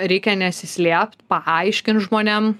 reikia nesislėpt paaiškint žmonėm